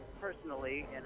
Personally